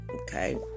Okay